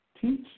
Teach